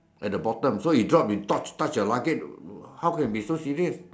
at the bottom so he drop it touch the luggage how can be so serious